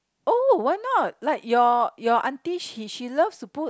oh why not like your your aunty she she loves to put